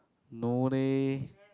no leh